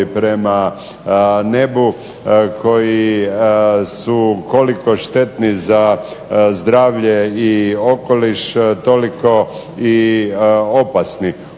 prema nebu, koji su koliko štetni za zdravlje ili okoliš, a toliko i opasni.